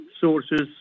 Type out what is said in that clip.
sources